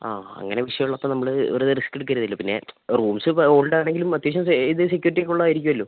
ആ അങ്ങനെ വിഷയമുള്ളപ്പോൾ നമ്മൾ വെറുതെ റിസ്ക് എടുക്കരുതല്ലോ പിന്നെ റൂംസ് ഇപ്പോൾ ഓൾഡ് ആണെങ്കിലും അത്യാവശ്യം ഇത് സെക്യൂരിറ്റി ഒക്കെ ഉള്ളതായിരിക്കുമല്ലോ